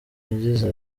yagize